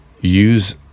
use